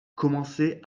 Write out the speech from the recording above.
commençait